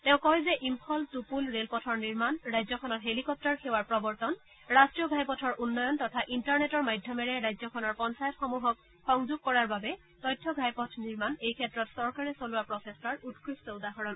তেওঁ কয় যে ইম্ফল টুপুল ৰেল পথৰ নিৰ্মাণ ৰাজ্যখনত হেলিকপ্টাৰ সেৱাৰ প্ৰৱৰ্তন ৰাষ্টীয় ঘাই পথৰ উন্নয়ন তথা ইণ্টাৰনেটৰ মাধ্যমেৰে ৰাজ্যখনৰ পঞ্চায়তসমূহক সংযোগ কৰাৰ বাবে তথ্য ঘাই পথ নিৰ্মাণ এই ক্ষেত্ৰত চৰকাৰে চলোৱা প্ৰচেষ্টাৰ উৎকৃষ্ট উদাহৰণ